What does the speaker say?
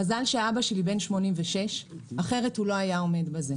מזל שאבא שלי בן 86, אחרת הוא לא היה עומד בזה.